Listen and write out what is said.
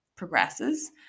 progresses